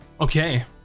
Okay